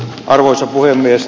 arvoisa puhemies